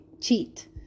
cheat